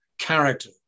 character